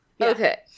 Okay